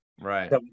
Right